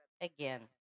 Again